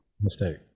mistake